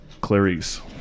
Clarice